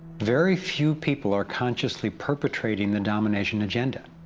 very few people are consciously perpetrating the domination agenda.